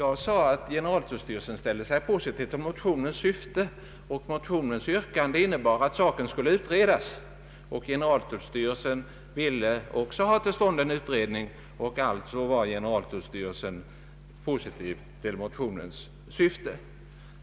Jag sade i mitt anförande att generaltullstyrelsen ställde sig positiv till motionernas syfte och motionsyrkandet innebar just att saken skulle utredas. Generaltullstyrelsen ville även ha till stånd en utredning och alltså var styrelsen positiv till motionssyftet.